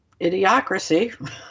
idiocracy